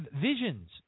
visions